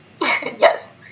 Yes